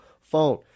phone